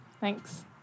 Thanks